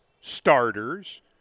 starters